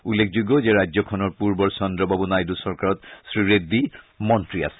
উল্লেখযোগ্য যে ৰাজ্যখনৰ পূৰ্বৰ চন্দ্ৰবাবু নাইডু চৰকাৰত শ্ৰীৰেড্ডী মন্ত্ৰী আছিল